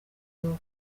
wowe